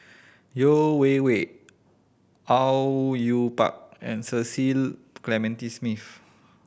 Yeo Wei Wei Au Yue Pak and Cecil Clementi Smith